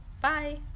Bye